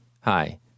Hi